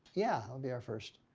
yeah, it'll be our first.